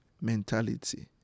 mentality